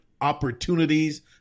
opportunities